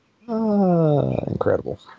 Incredible